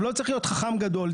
לא צריך להיות חכם גדול,